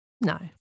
no